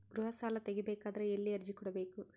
ಗೃಹ ಸಾಲಾ ತಗಿ ಬೇಕಾದರ ಎಲ್ಲಿ ಅರ್ಜಿ ಕೊಡಬೇಕು?